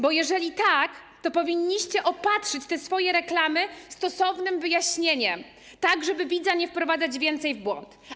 Bo jeżeli tak, to powinniście opatrzyć te swoje reklamy stosownym wyjaśnieniem, tak żeby więcej nie wprowadzać widza w błąd.